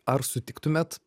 ar sutiktumėt